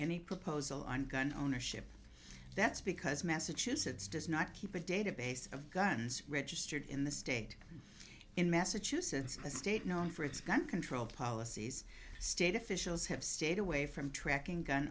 any proposal on gun ownership that's because massachusetts does not keep a database of guns registered in the state in massachusetts a state known for its gun control policies state officials have stayed away from tracking gun